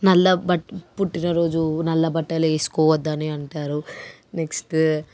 నల్ల బట్ట పుట్టినరోజు నల్ల బట్టలు వేసుకోవద్దని అంటారు నెక్స్ట్